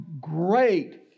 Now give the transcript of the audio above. great